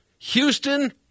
Houston